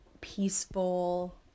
peaceful